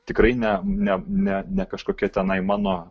tikrai ne ne ne ne kažkokia tenai mano